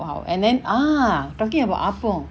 !wow! and then ah talking about appam